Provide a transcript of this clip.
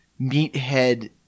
meathead